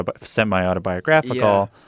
semi-autobiographical